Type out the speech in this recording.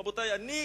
רבותי, אני